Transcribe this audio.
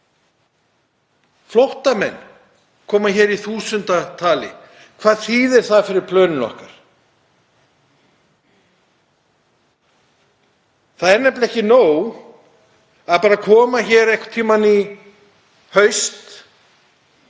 Flóttamenn koma hér í þúsundatali. Hvað þýðir það fyrir plön okkar? Það er nefnilega ekki nóg að koma hér einhvern tímann í haust